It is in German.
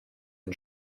ein